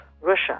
Russia